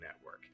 network